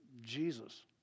Jesus